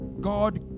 God